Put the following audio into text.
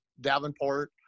Davenport